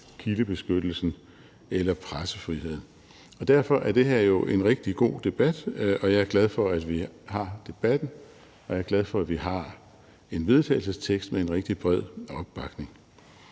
kildebeskyttelsen eller pressefriheden. Derfor er det her jo en rigtig god debat, og jeg er glad for, at vi har debatten, og jeg er glad for, at vi har en vedtagelsestekst med en rigtig bred opbakning.